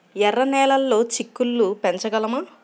ఎర్ర నెలలో చిక్కుళ్ళు పెంచగలమా?